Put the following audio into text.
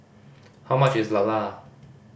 how much is lala